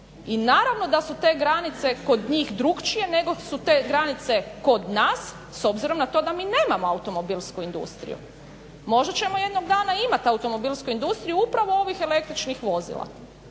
i naravno da su te granice kod njih drukčije nego su te granice kod nas, s obzirom na to da mi nemamo automobilsku industriju. Možda ćemo jednog dana imati automobilsku industriju upravo ovih električnih vozila